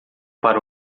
para